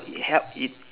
it help it